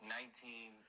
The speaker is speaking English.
Nineteen